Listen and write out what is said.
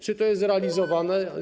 Czy to jest realizowane?